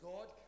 God